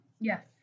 Yes